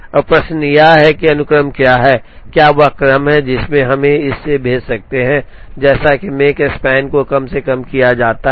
अब प्रश्न यह है कि अनुक्रम क्या है या वह क्रम क्या है जिसमें हम इसे भेज सकते हैं जैसे कि मकस्पान को कम से कम किया जाता है